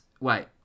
Wait